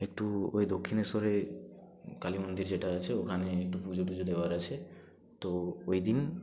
একটু ওই দক্ষিণেশ্বরে কালী মন্দির যেটা আছে ওখানে একটু পুজো টুজো দেওয়ার আছে তো ওই দিন